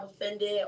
offended